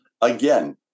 Again